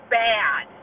bad